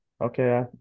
okay